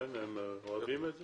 הם אוהבים את זה?